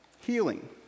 healing